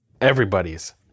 Everybody's